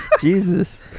jesus